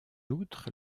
outre